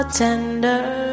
tender